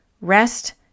Rest